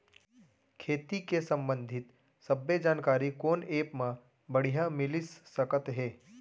खेती के संबंधित सब्बे जानकारी कोन एप मा बढ़िया मिलिस सकत हे?